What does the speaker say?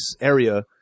area